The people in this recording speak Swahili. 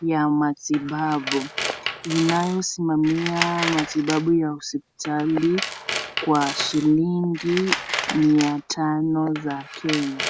ya matibabu, inayosimamia matibabu ya hospitali kwa shilingi mia tano za kenya.